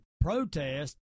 protest